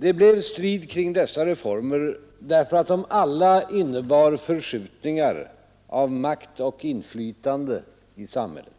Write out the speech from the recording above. Det blev strid kring dessa reformer därför att de alla innebar förskjutningar av makt och inflytande i samhället: